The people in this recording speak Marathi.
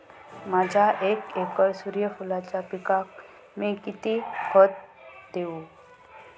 माझ्या एक एकर सूर्यफुलाच्या पिकाक मी किती खत देवू?